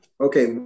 Okay